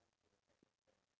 six